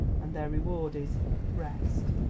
and their reward is rest.